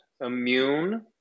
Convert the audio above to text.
immune